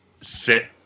sit